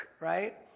right